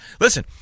Listen